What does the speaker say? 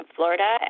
Florida